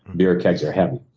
beer kegs are heavy.